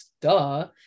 duh